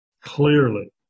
clearly